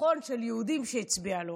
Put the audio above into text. בביטחון של יהודים שהצביעו לו.